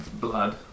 blood